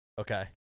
Okay